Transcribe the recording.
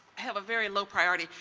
have a very low priority.